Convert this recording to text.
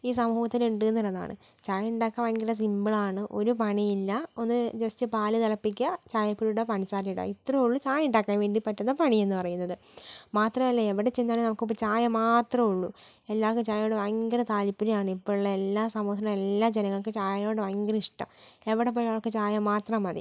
ഈ സമൂഹത്തിൽ ഉണ്ടെന്നുള്ളതാണ് ചായ ഉണ്ടാക്കാൻ ഭയങ്കര സിമ്പിളാണ് ഒരു പണിയില്ല ഒന്ന് ജസ്റ്റ് പാൽ തിളപ്പിക്കുക ചായപ്പൊടി ഇടുക പഞ്ചസാര ഇടുക ഇത്രയെ ഉള്ളു ചായ ഉണ്ടാക്കാൻ വേണ്ടി പറ്റുന്ന പണി എന്ന് പറയുന്നത് മാത്രമല്ല എവിടെ ചെന്നാലും നമുക്കിപ്പംചായ മാത്രോള്ളു എല്ലാവർക്കും ചായയോട് ഭയങ്കര താൽപര്യമാണ് ഇപ്പോഴുള്ള എല്ലാ സമൂഹത്തിലുള്ള എല്ലാ ജനങ്ങൾക്കും ചായയോട് ഭയങ്കര ഇഷ്ട്ടമാണ് എവിടെ പോയാലും ആൾക്കാർക്ക് ചായ മാത്രം മതി